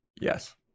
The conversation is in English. Yes